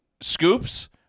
scoops